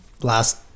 last